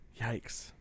Yikes